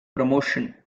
promotion